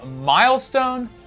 milestone